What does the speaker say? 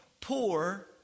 poor